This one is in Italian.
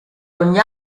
ogni